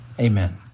amen